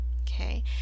okay